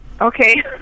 Okay